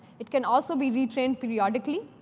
it can also be re-trained periodically.